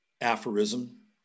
aphorism